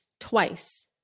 twice